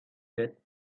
that